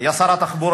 היה שר התחבורה.